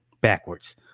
backwards